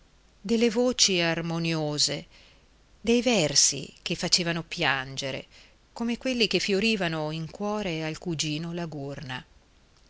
delle voci armoniose dei versi che facevano piangere come quelli che fiorivano in cuore al cugino la gurna